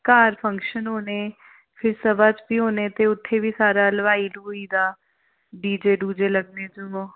घर फंक्शन होने फिर उसदे बाद बी होने उसदे बाद बी लोआई दा डीजे लग्गने ते ओह्